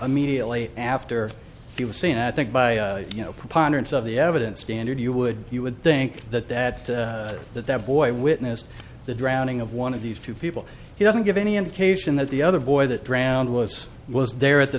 immediately after he was seen i think by you know preponderance of the evidence standard you would you would think that that that that boy witnessed the drowning of one of these two people he doesn't give any indication that the other boy that drowned was was there at the